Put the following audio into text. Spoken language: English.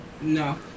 No